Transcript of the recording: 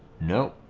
no